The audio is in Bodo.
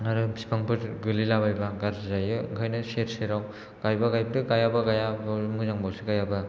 आरो बिफांफोर गोलैलाबायबा गारजि जायो ओंखायनो सेर सेराव गायबा गायदो गायाबा गाया बो मोजांबावसो गायाबा